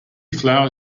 flower